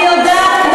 אני יודעת,